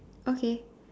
okay